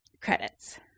Credits